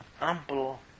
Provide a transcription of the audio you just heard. ample